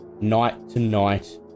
night-to-night